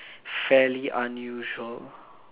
fairly unusual